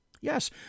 yes